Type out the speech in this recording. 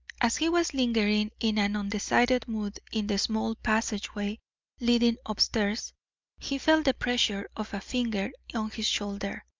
as he was lingering in an undecided mood in the small passageway leading up-stairs he felt the pressure of a finger on his shoulder.